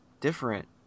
different